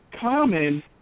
Common